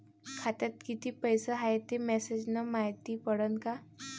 खात्यात किती पैसा हाय ते मेसेज न मायती पडन का?